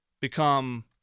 become